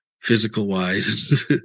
physical-wise